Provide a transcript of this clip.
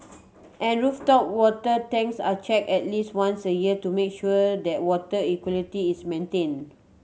and rooftop water tanks are check at least once a year to make sure that water equality is maintain